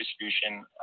distribution